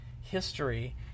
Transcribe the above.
history